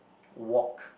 walk